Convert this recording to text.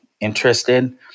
interested